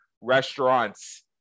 restaurants